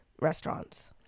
restaurants